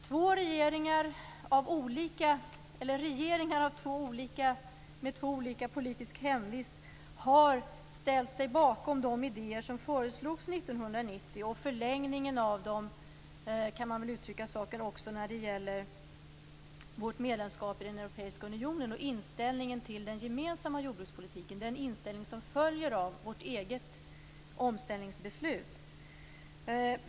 Två regeringar med olika politisk hemvist har ställt sig bakom de idéer som föreslogs 1990 och även förlängningen av dem i och med vårt medlemskap i Europeiska unionen - inställningen till den gemensamma jordbrukspolitiken som följer av vårt eget omställningsbeslut.